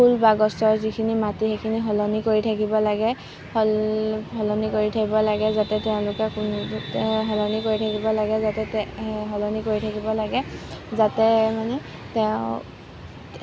ফুল বা গছৰ যিখিনি মাটি সেইখিনি সলনি কৰি থাকিব লাগে সল সলনি কৰি থাকিব লাগে যাতে তেওঁলোকে কোনো যাতে সলনি কৰি থাকিব লাগে যাতে তে সলনি কৰি থাকিব লাগে যাতে মানে তেওঁ